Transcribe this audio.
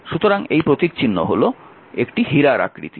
সুতরাং এর প্রতীকচিহ্ন হল এটি হীরার আকৃতি